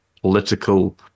political